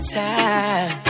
time